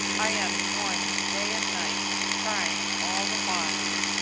i am mourning day and night, crying all the while.